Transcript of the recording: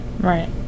right